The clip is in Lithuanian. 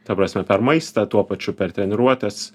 ta prasme per maistą tuo pačiu per treniruotes